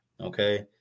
okay